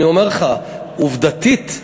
אני אומר לך: עובדתית,